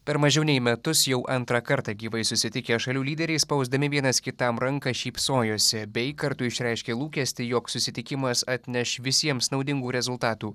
per mažiau nei metus jau antrą kartą gyvai susitikę šalių lyderiai spausdami vienas kitam ranką šypsojosi bei kartu išreiškė lūkestį jog susitikimas atneš visiems naudingų rezultatų